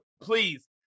please